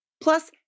Plus